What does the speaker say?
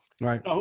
right